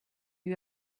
you